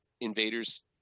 invaders